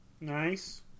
Nice